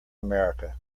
america